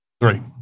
Three